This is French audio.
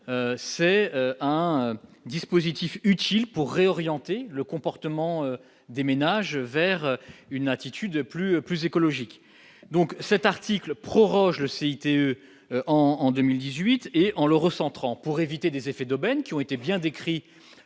c'est un dispositif utile pour réorienter le comportement des ménages vers une attitude plus plus écologique donc cet article proroge le CICE en en 2018 et en le recentrant pour éviter des effets d'aubaine qui ont été bien décrit